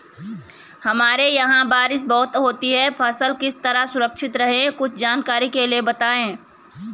हमारे यहाँ बारिश बहुत होती है फसल किस तरह सुरक्षित रहे कुछ जानकारी के लिए बताएँ?